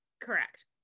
Correct